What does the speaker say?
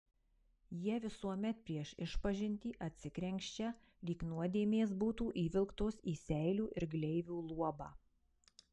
jie visuomet prieš išpažintį atsikrenkščia lyg nuodėmės būtų įvilktos į seilių ir gleivių luobą